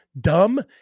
dumb